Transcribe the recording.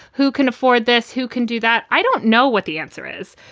who can afford this? who can do that? i don't know what the answer is,